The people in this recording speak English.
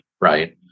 right